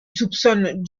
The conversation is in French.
soupçonne